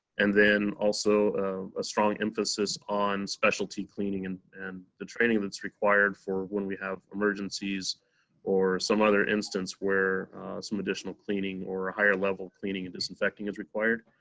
and then also ah a strong emphasis on specialty cleaning and and the training that's required for when we have emergencies or some other instance where some additional cleaning or a higher level cleaning and disinfecting is required.